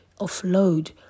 offload